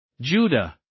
Judah